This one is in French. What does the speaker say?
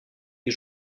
les